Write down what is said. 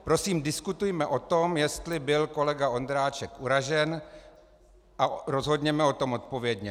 Prosím, diskutujme o tom, jestli byl kolega Ondráček uražen, a rozhodněme o tom odpovědně.